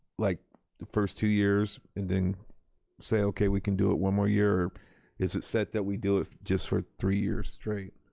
like the first two years and then say, okay, we can do it one more year, or is it set that we do it just for three years straight?